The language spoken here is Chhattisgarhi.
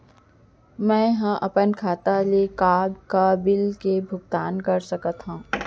मैं ह अपन खाता ले का का बिल के भुगतान कर सकत हो